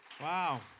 Wow